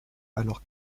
alors